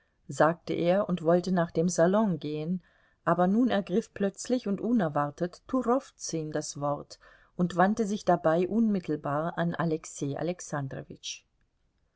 sagte er und wollte nach dem salon gehen aber nun ergriff plötzlich und unerwartet turowzün das wort und wandte sich dabei unmittelbar an alexei